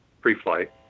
pre-flight